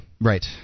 Right